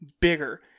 bigger